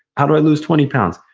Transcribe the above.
how do i lose twenty pounds?